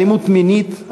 אלימות מינית,